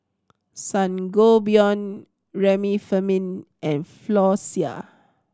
Sangobion Remifemin and Floxia